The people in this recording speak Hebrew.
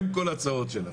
עם כל צרות שלו.